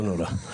לא נורא.